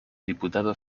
diputado